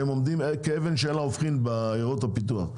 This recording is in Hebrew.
שהם עומדים כאבן שאין לה הופכין בעיירות הפיתוח,